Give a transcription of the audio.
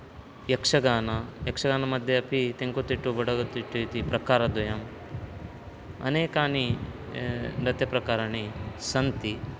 यक्षगानम् यक्षगानमध्ये अपि तेङ्कुतिट्टु बडगुतिट्टु इति प्रकारद्वयम् अनेकानि नृत्यप्रकाराणि सन्ति